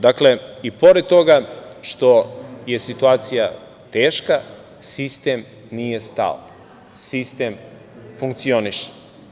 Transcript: Dakle, i pored toga što je situacija teška, sistem nije stao, sistem funkcioniše.